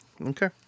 Okay